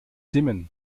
dimmen